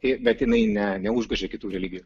bet jinai ne neužgožia kitų religijų